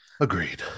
Agreed